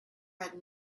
had